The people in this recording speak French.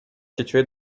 située